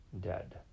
dead